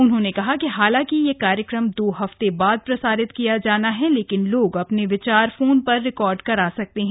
उन्होंने कहा कि हालांकि यह कार्यक्रम दो हफ्ते बाद प्रसारित किया जाना है लेकिन लोग अपने विचार फोन पर रिकार्ड करा सकते हैं